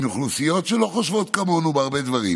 אוכלוסיות שלא חושבות כמונו בהרבה דברים,